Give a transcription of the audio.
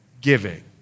giving